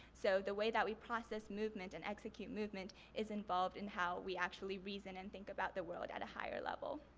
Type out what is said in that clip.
so the way that we process movement and execute movement is in involved in how we actually reason and think about the world at a higher level.